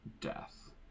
death